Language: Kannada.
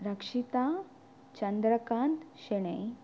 ರಕ್ಷಿತಾ ಚಂದ್ರಕಾಂತ್ ಶೆಣ್ಣೈ